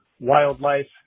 Wildlife